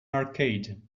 arcade